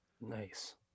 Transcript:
Nice